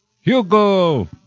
Hugo